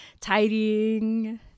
tidying